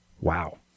Wow